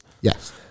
Yes